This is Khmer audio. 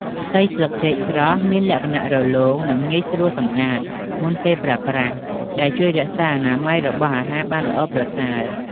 ផ្ទៃស្លឹកចេកស្រស់មានលក្ខណៈ រលោង និងងាយស្រួលសម្អាត មុនពេលប្រើប្រាស់ ដែលជួយរក្សាអនាម័យរបស់អាហារបានល្អប្រសើរ។